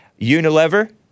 Unilever